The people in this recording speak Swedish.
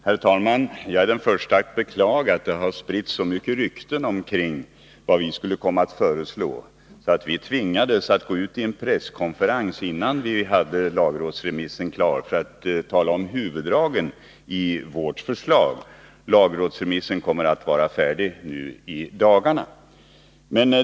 Herr talman! Jag är den förste att beklaga att så många rykten har spritts om vad vi skulle komma att föreslå att vi tvingades till en presskonferens innan vi var klara med en remiss till lagrådet. Vi ville nämligen redogöra för huvuddragen i vårt förslag. Lagrådsremissen kommer att vara färdig nu i dagarna.